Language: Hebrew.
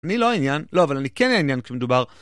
אני לא העניין, לא, אבל אני כן העניין, כשמדובר...